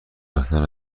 رفتن